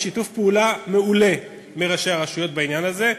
יש שיתוף פעולה מעולה של ראשי הרשויות בעניין הזה.